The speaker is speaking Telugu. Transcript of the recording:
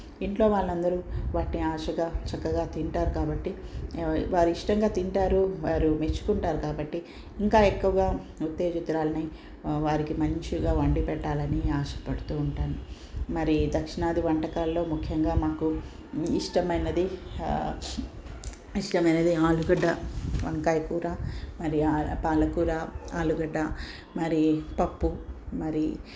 ఇంట్లో వాళ్ళందరూ వాటిని ఆశగా చక్కగా తింటారు కాబట్టి వారు ఇష్టంగా తింటారు వారు మెచ్చుకుంటారు కాబట్టి ఇంకా ఎక్కువగా ఉత్తేజితురాలినై వారికి మంచిగా వండి పెట్టాలని ఆశపడుతూ ఉంటాను మరి దక్షిణాది వంటకాల్లో ముఖ్యంగా మాకు ఇష్టమైనది ఇష్టమైనది ఆలుగడ్డ వంకాయ కూర మరియు పాలకూర ఆలుగడ్డ మరి పప్పు మరి